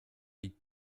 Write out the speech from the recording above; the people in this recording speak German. liegt